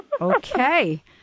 Okay